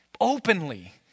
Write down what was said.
openly